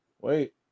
Wait